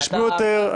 שישמעו יותר,